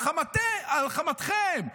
על חמתכם,